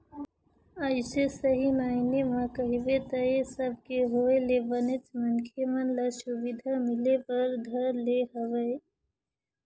अइसे सही मायने म कहिबे त ऐ सब के होय ले बनेच मनखे मन ल सुबिधा मिले बर धर ले हवय